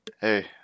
hey